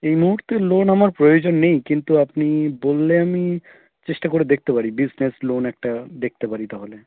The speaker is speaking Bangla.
এই মুহূর্তে লোন আমার প্রয়োজন নেই কিন্তু আপনি বললে আমি চেষ্টা করে দেখতে পারি বিজনেস লোন একটা দেখতে পারি তাহলে